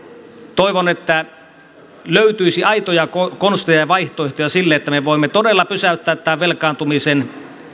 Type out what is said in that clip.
toivon että löytyisi aitoja konsteja ja vaihtoehtoja sille että me voimme todella pysäyttää tämän velkaantumisen